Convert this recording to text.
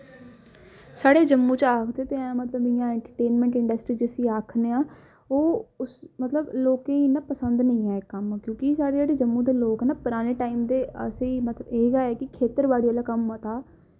साढ़े जम्मू आखदे बी हैन मतलब कि फिल्म इंडस्ट्री जिमी आखने आं ओह् लोकें ई पसंद नेईं ऐ कम्म क्योंकि साढ़े जेह्ड़े जम्मू दे लोग न पराने टाईम ते असें मतलब कि एह्दा खेत्तर बाड़ी आह्ला कम्म मता